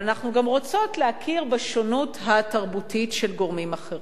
אבל אנחנו גם רוצות להכיר בשונות התרבותית של גורמים אחרים.